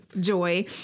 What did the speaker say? joy